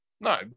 No